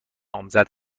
نامزد